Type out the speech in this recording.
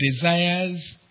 desires